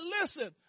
listen